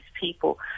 people